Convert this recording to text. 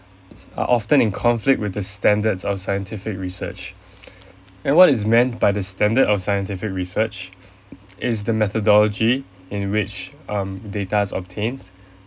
are often in conflict with the standards of scientific research and what is meant by the standard of scientific research is the methodology in which um data obtained